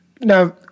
Now